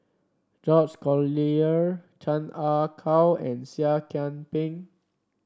George Collyer Chan Ah Kow and Seah Kian Peng